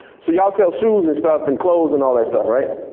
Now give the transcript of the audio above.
so you all sell shoes and stuff and clothes and all that stuff, right?